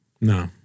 No